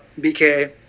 BK